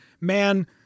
man